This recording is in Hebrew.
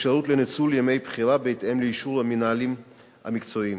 אפשרות לניצול ימי בחירה בהתאם לאישור המנהלים המקצועיים,